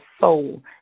soul